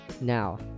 now